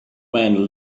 man